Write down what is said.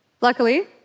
Luckily